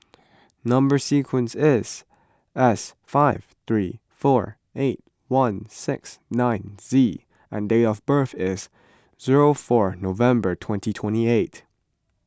Number Sequence is S five three four eight one six nine Z and date of birth is zero four November twenty twenty eight